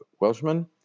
Welshman